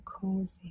cozy